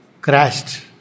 crashed